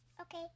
Okay